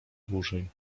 dłużej